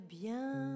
bien